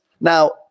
Now